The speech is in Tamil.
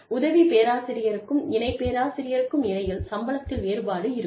எனவே உதவி பேராசிரியருக்கும் இணை பேராசிரியருக்கும் இடையில் சம்பளத்தில் வேறுபாடு இருக்கும்